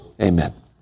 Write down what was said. Amen